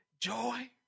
joy